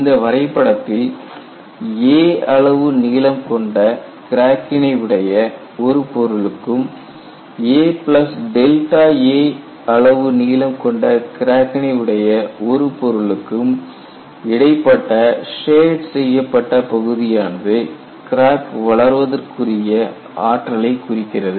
இந்த வரைபடத்தில் a அளவு நீளம் கொண்ட கிராக்கினை உடைய ஒரு பொருளுக்கும் a a அளவு நீளம் கொண்ட கிராக்கினை உடைய ஒரு பொருளுக்கும் இடைப்பட்ட ஷேட் செய்யப்பட்ட பகுதியானது கிராக் வளர்வதற்குரிய ஆற்றலை குறிக்கிறது